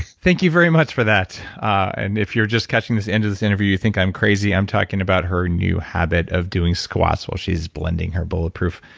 thank you very much for that. and if you're just catching this end of this interview, you think i'm crazy, i'm talking about her new habit of doing squats while she's blending her bulletproof.